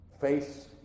face